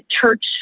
church